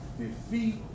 defeat